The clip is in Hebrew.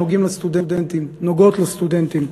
שנוגעות לסטודנטים: